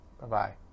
Bye-bye